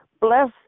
Bless